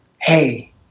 Hey